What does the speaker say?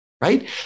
right